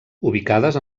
ubicades